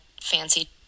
fancy